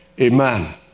amen